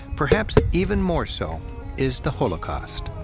perhaps even more so is the holocaust.